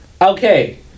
Okay